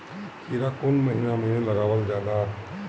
खीरा कौन महीना में लगावल जाला?